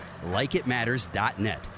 LikeItMatters.net